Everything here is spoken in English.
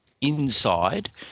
inside